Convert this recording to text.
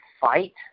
fight